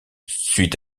suite